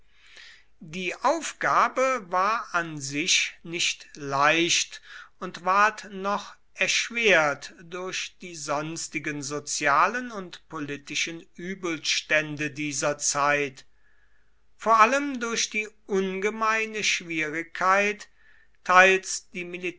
die aufgabe war an sich nicht leicht und ward noch erschwert durch die sonstigen sozialen und politischen übelstände dieser zeit vor allem durch die ungemeine schwierigkeit teils